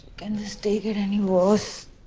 can this day get any worse?